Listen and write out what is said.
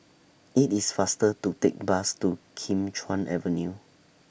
IT IS faster to Take Bus to Kim Chuan Avenue